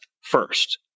first